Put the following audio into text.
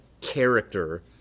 character